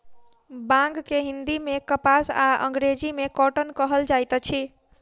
बांग के हिंदी मे कपास आ अंग्रेजी मे कौटन कहल जाइत अछि